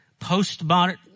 postmodern